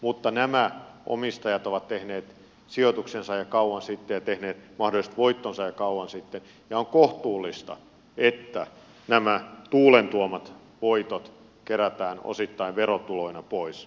mutta nämä omistajat ovat tehneet sijoituksensa jo kauan sitten ja tehneet mahdolliset voittonsa jo kauan sitten ja on kohtuullista että nämä tuulen tuomat voitot kerätään osittain verotuloina pois